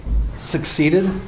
succeeded